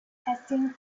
testing